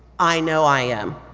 i know i am.